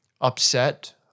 upset